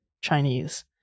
Chinese